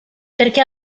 perché